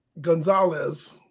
Gonzalez